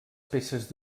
peces